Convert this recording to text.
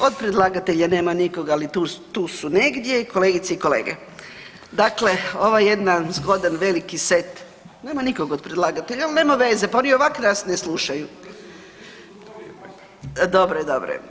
Aha, od predlagatelja nema nikoga, ali tu su negdje i kolegice i kolege, dakle ovaj jedan zgodan veliki set, nema nikog od predlagatelja ali nema veze pa oni i ovako nas ne slušaju … [[Upadica: Ne razumije se.]] dobro je, dobro je.